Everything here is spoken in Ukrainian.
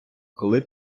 коли